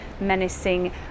menacing